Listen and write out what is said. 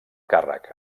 càrrec